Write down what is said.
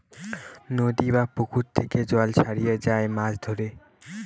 নদী বা পুকুর থেকে জাল ছড়িয়ে যখন মাছ ধরে